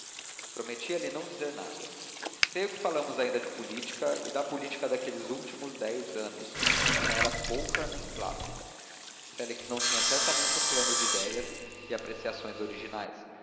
explicação prometi lhe não dizer nada creio que falamos ainda de política e da política daqueles últimos dez anos que não era pouca nem plácida félix não tinha certamente um plano de idéias e apreciações originais